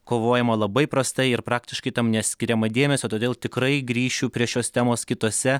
kovojama labai prastai ir praktiškai tam neskiriama dėmesio todėl tikrai grįšiu prie šios temos kitose